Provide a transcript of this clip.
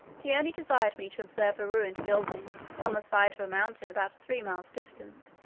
he only desired me to observe a ruined building, upon the side of a mountain about three miles distant,